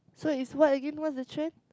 so is what again what is the trend